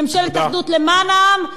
ממשלת אחדות למען העם,